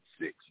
six